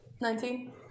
Nineteen